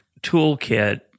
toolkit